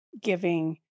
giving